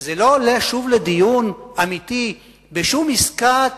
זה לא עולה שוב לדיון אמיתי בשום עסקת